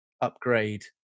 upgrade